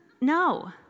no